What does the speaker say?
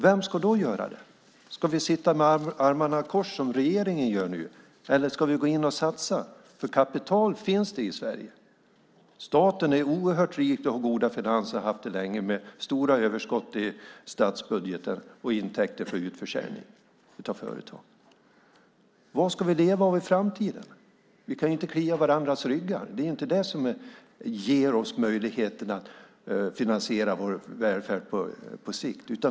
Vem ska då göra det? Ska vi sitta med armarna i kors som regeringen gör nu, eller ska vi gå in och satsa? Det finns kapital i Sverige. Staten är oerhört rik och har goda finanser, har haft det länge med stora överskott i statsbudgeten och intäkter från utförsäljning av företag. Vad ska vi leva av i framtiden? Vi kan inte klia varandras ryggar. Det är inte det som ger oss möjligheten att finansiera vår välfärd på sikt.